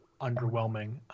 underwhelming